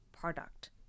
product